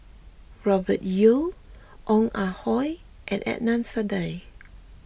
Robert Yeo Ong Ah Hoi and Adnan Saidi